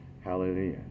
Hallelujah